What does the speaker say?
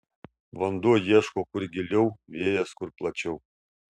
vanduo ieško kur giliau vėjas kur plačiau